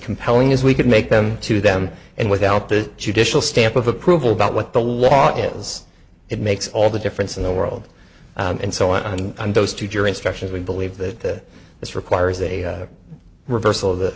compelling as we could make them to them and without the judicial stamp of approval about what the law is it makes all the difference in the world and so on and those two jury instructions we believe that this requires a reversal